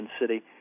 city